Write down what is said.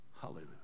Hallelujah